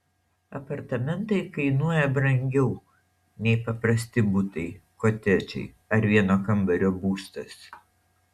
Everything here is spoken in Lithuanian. apartamentai kainuoja brangiau nei paprasti butai kotedžai ar vieno kambario būstas